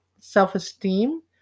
self-esteem